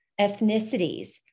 ethnicities